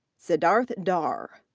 siddharth dhar,